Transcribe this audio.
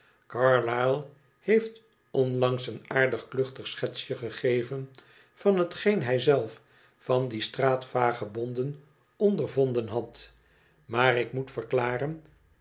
carlyle heeft onlangs een aardig kluchtig schetsje gegeven van hetgeen hij zelf van die straat vagebonden ondervonden had maar ik moet verklaren